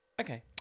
Okay